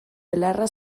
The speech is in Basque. belarra